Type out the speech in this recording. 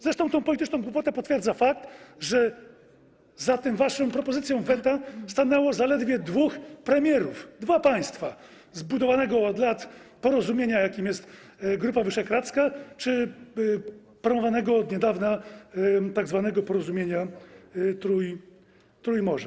Zresztą tę polityczną głupotę potwierdza fakt, że za waszą propozycją weta stanęło zaledwie dwóch premierów, dwa państwa z budowanego od lat porozumienia, jakim jest Grupa Wyszehradzka, czy promowanego od niedawna tzw. porozumienia Trójmorza.